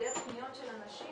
היעדר הפניות של אנשים,